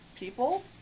People